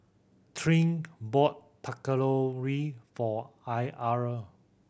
Tyrik bought Patatouille for Ira